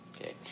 Okay